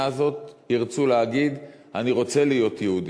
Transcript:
הזאת ירצו להגיד "אני רוצה להיות יהודי",